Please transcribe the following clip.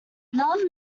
love